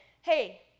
hey